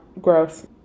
gross